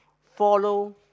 follow